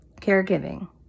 caregiving